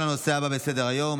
בסדר-היום,